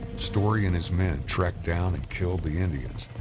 story and his men tracked down and killed the indians